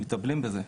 נכון.